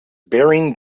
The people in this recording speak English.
bearing